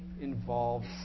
involved